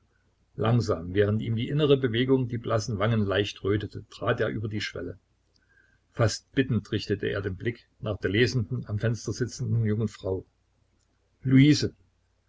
langsam während ihm die innere bewegung die blassen wangen leicht rötete trat er über die schwelle fast bittend richtete er den blick nach der lesend am fenster sitzenden jungen frau luise